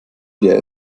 leer